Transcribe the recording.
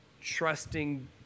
trusting